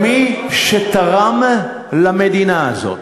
מי שתרם למדינה הזאת,